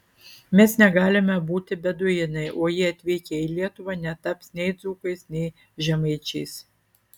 mes negalime būti beduinai o jie atvykę į lietuvą netaps nei dzūkais nei žemaičiais